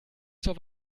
zur